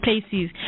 places